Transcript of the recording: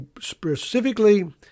specifically